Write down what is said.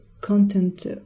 content